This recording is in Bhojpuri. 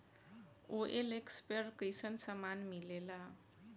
ओ.एल.एक्स पर कइसन सामान मीलेला?